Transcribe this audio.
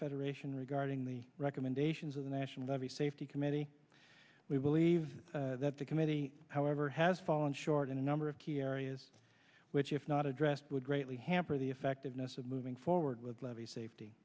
federation regarding the recommendations of the national level safety committee we believe that the committee however has fallen short in a number of key areas which if not addressed would greatly hamper the effectiveness of moving forward with levy safety